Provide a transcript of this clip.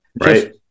Right